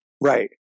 Right